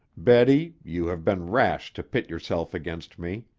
betty, you have been rash to pit yourself against me.